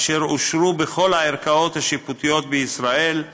אשר אושרו בכל הערכאות השיפוטיות בישראל,